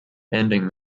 ending